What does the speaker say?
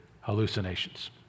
hallucinations